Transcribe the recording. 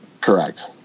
Correct